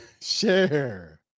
Share